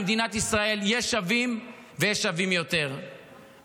במדינת ישראל יש שווים ויש שווים יותר,